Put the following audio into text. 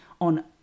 on